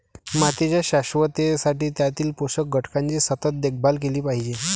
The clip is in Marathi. मातीच्या शाश्वततेसाठी त्यातील पोषक घटकांची सतत देखभाल केली पाहिजे